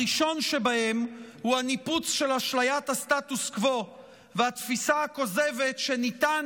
הראשון שבהם הוא הניפוץ של אשליית הסטטוס קוו והתפיסה הכוזבת שניתן